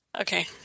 okay